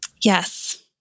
Yes